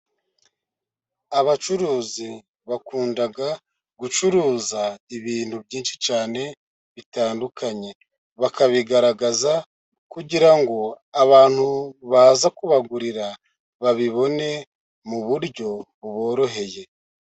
Abacuruzi bakunda gucuruza, ibintu byinshi cyane, bitandukanye, bakabigaragaza, kugira ngo abantu baza kubagurira, babibone mu buryo buboroheye.